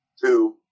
two